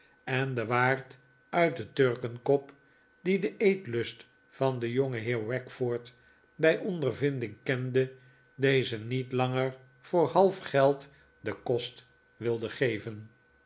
en de waard uit de turkenkop die den eetlust van den jongenheer wackford bij ondervinding kende dezen niet langer voor half geld den kost wilde geven